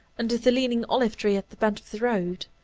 under the leaning olive-tree at the bend of the road.